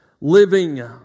living